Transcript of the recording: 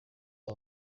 aba